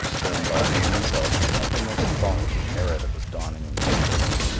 they embody in themselves the uppermost thought of the era that was dawning when they were written.